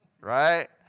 right